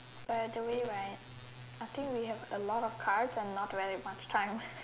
by the right I think we have a lot of cards and not very much time